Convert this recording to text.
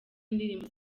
indirimbo